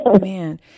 Man